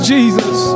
Jesus